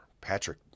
Patrick